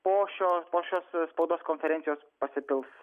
po šio po šios spaudos konferencijos pasipils